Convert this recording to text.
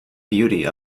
beauty